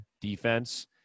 defense